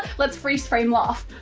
let's freeze frame laugh.